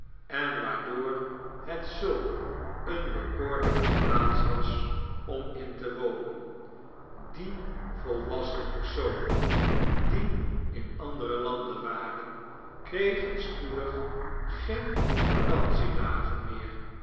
en waardoor het zulk een bekoorlyke plaats was om in te wonen die volwassen personen die in andere landen waren kregen spoedig geen vacantie dagen meer